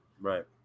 Right